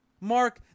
Mark